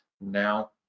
now